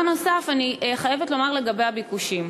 אני חייבת לומר דבר נוסף לגבי הביקושים,